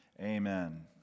Amen